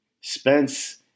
Spence